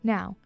Now